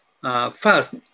First